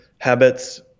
habits